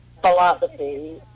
philosophy